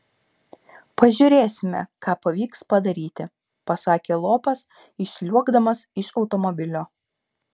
pažiūrėsime ką pavyks padaryti pasakė lopas išsliuogdamas iš automobilio